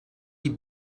die